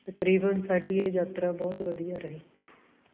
ਤਕਰੀਬਨ ਸਾਡੀ ਇਹ ਯਾਤਰਾ ਬਹੁਤ ਵਧੀਆ ਰਹੀ